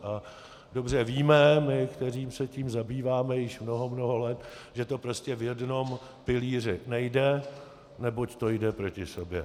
A dobře víme, my, kteří se tím zabýváme již mnoho, mnoho let, že to prostě v jednom pilíři nejde, neboť to jde proti sobě.